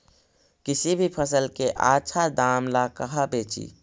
किसी भी फसल के आछा दाम ला कहा बेची?